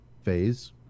phase